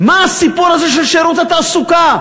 מה הסיפור הזה של שירות התעסוקה.